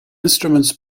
instruments